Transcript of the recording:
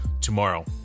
tomorrow